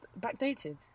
backdated